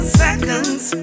seconds